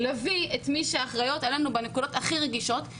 להביא את מי שאחריות עלינו בנקודות הכי רגישות,